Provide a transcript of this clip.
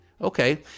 Okay